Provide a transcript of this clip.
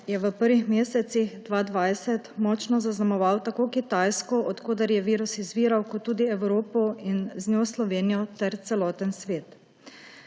je v prvih mesecih 2020 močno zaznamoval tako Kitajsko, od koder je virus izviral, kot tudi Evropo in z njo Slovenijo ter celoten svet.